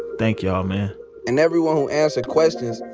thank y'all, man and everyone who answered questions.